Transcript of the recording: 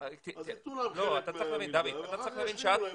אז נותנים להם חלק ואחר כך ישלימו להם.